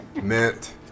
meant